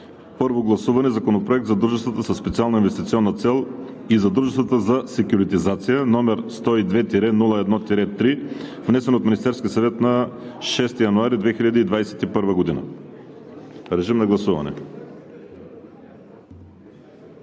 първо гласуване Законопроект за дружествата със специална инвестиционна цел и за дружествата за секюритизация, № 102-01-3, внесен от Министерския съвет на 6 януари 2021 г. Гласували